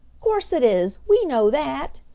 course it is. we know that!